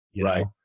Right